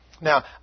Now